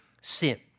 sin